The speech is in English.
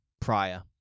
prior